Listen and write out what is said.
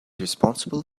responsible